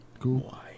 Cool